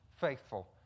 faithful